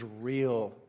real